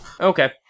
Okay